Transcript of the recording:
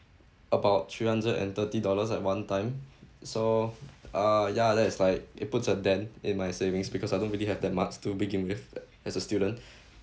about three hundred and thirty dollars at one time so uh ya that's like it puts a dent in my savings because I don't really have that much to begin with as a student